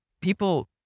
people